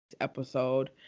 episode